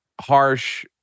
harsh